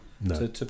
No